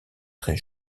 très